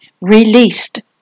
released